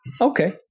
Okay